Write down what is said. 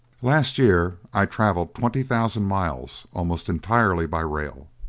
last year i traveled twenty thousand miles, almost entirely by rail